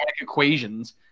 Equations